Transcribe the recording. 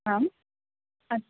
आम् अस्तु